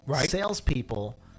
Salespeople